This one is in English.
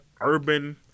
urban